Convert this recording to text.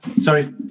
Sorry